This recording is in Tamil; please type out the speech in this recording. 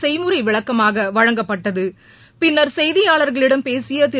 செய்முறை விளக்கமாக வழங்கப்பட்டது பின்னா் செய்தியாளா்களிடம் பேசிய திரு